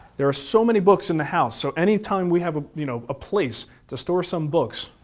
there are so many books in the house, so any time we have a you know place to store some books,